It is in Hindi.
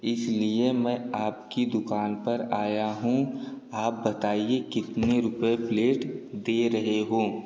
इस लिए मैं आपकी दुकान पर आया हूँ आप बताइए कितने रुपये प्लेट दे रहे हो